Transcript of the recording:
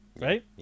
Right